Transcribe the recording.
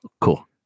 cool